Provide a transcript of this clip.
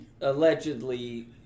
allegedly